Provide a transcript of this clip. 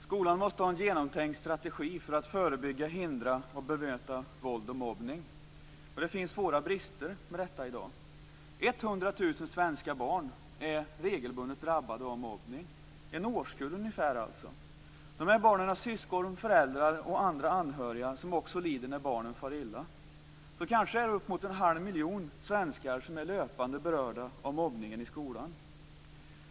Fru talman! Skolan måste ha en genomtänkt strategi för att förebygga, hindra och bemöta våld och mobbning. Det finns i dag svåra brister i dessa avseenden. 100 000 svenska barn är regelbundet drabbade av mobbning, alltså ungefär en årskull. Dessa barn har syskon, föräldrar och andra anhöriga som också lider när barnen far illa. Kanske är det alltså uppemot en halv miljon svenskar som löpande är berörda av mobbningen i skolan.